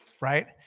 right